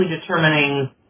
determining